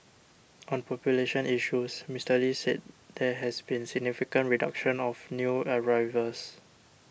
on population issues Mister Lee said there has been significant reduction of new arrivals